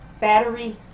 Battery